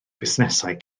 fusnesau